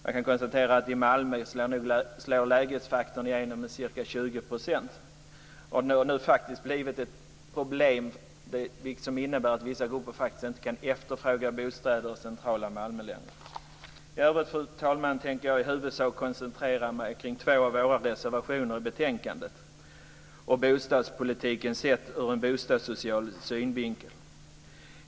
Jag kan konstatera att i Malmö slår lägesfaktorn igenom med ca 20 %, och den har nu blivit ett problem som innebär att vissa grupper faktiskt inte kan efterfråga bostäder i centrala Malmö. I övrigt, fru talman, tänker jag i huvudsak koncentrera mig på två av våra reservationer i betänkandet och bostadspolitiken sedd ur en bostadssocial synvinkel.